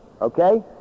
Okay